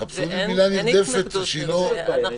תחפשו מילה נרדפת שהיא לא --- אין התנגדות לזה.